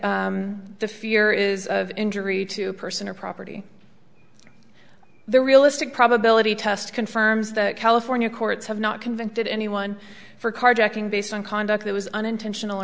the fear is of injury to a person or property the realistic probability test confirms that california courts have not convicted anyone for carjacking based on conduct that was unintentional